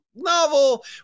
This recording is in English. novel